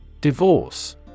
Divorce